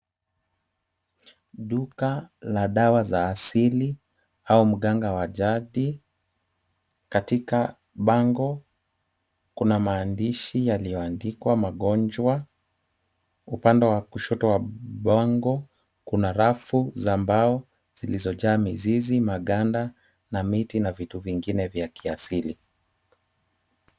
Duka la dawa za asili au mganga wa jadi, katika bango, kuna maandishi yaliyoandikwa magonjwa, upande wa kushoto wa bango, kuna rafu za mbao, zilizojaa mizizi, maganda, na miti na vitu vingine vya kiasili.